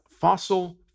fossil